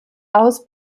aus